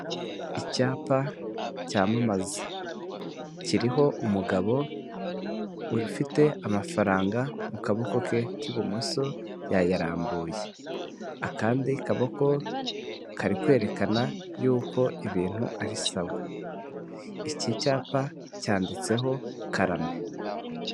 Icyapa cyamamaza kiriho umugabo ufite amafaranga mu kaboko ke k'ibumoso yayarambuye, akandi kaboko kari kwerekana yuko ibintu ari sawa, iki cyapa cyanditseho karame.